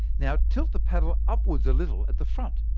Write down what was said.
now tilt the paddle upwards a little at the front.